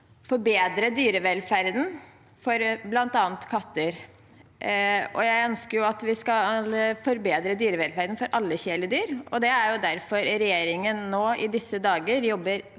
forbedre dyrevelferden for bl.a. katter. Jeg ønsker at vi skal forbedre dyrevelferden for alle kjæledyr, og det er derfor regjeringen i disse dager jobber